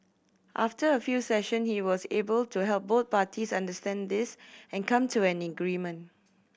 after a few session he was able to help both parties understand this and come to an agreement